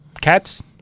Cats